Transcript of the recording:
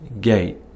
gate